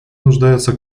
нуждается